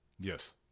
yes